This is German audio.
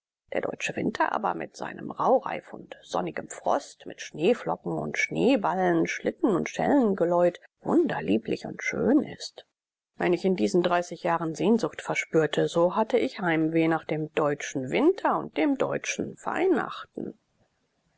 der deutsche winter aber mit seinem rauhreif und sonnigem frost mit schneeflocken und schneeballen schlitten und schellengeläut wunderlieblich und schön ist wenn ich in diesen dreißig jahren sehnsucht spürte so hatte ich heimweh nach dem deutschen winter und dem deutschen weihnachten